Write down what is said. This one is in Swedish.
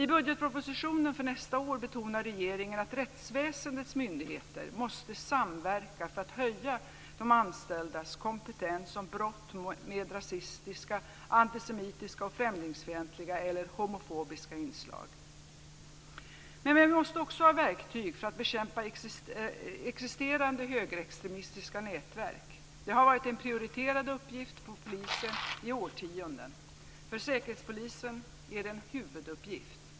I budgetpropositionen för nästa år betonar regeringen att rättsväsendets myndigheter måste samverka för att höja de anställdas kompetens när det gäller brott med rasistiska, antisemitiska, främlingsfientliga eller homofobiska inslag. Men vi måste också ha verktyg för att bekämpa existerande högerextremistiska nätverk. Det har varit en prioriterad uppgift för polisen i årtionden. För Säkerhetspolisen är det en huvuduppgift.